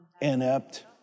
inept